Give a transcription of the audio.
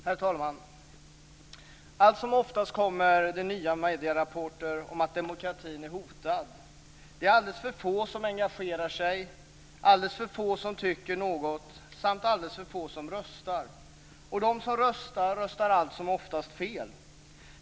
Herr talman! Alltsomoftast kommer det nya medierapporter om att demokratin är hotad. Det är alldeles för få som engagerar sig, alldeles för få som tycker något samt alldeles för få som röstar, och de som röstar, röstar alltsomoftast fel.